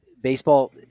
baseball